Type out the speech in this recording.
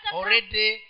Already